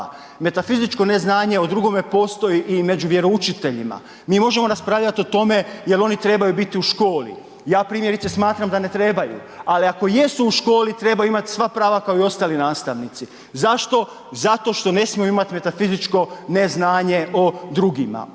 metafizičko neznanje o drugom postoji i prema vjeroučiteljima. Mi možemo raspravljati o tome je li oni trebaju biti u školi. Ja primjerice smatram da ne trebaju, ali ako jesu u školi, trebaju imati sva prava kao i ostali nastavnici. Zašto? Zato što ne smiju imati metafizičko neznanje o drugima.